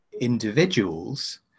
individuals